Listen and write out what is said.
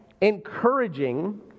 encouraging